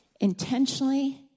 intentionally